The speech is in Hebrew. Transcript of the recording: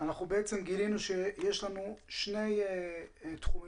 אנחנו גילינו שיש לנו שני תחומים,